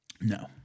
No